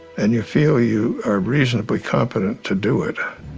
and you feel you are reasonably competent to do it,